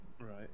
right